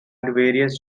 various